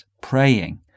praying